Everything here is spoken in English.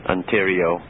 Ontario